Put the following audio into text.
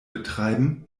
betreiben